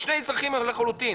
שני אזרחים לחלוטין,